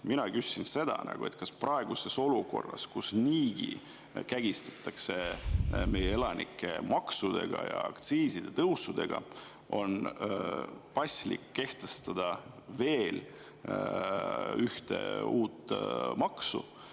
Mina küsisin seda, kas praeguses olukorras, kus niigi kägistatakse meie elanikke maksudega ja aktsiiside tõusudega, on paslik kehtestada veel ühte uut maksu.